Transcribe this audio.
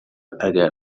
اگر